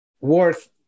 worth